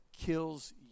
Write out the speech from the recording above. kills